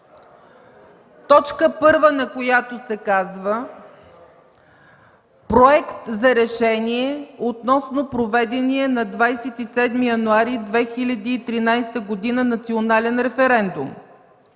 точка първа, в която се казва: Проект за решение относно проведения на 27 януари 2013 г. национален референдум